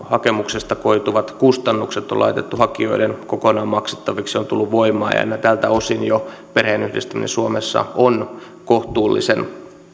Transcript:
hakemuksesta koituvat kustannukset on laitettu hakijoiden kokonaan maksettaviksi on tullut voimaan tältä osin perheenyhdistäminen suomessa on jo